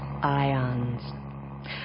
ions